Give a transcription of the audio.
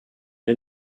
est